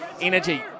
Energy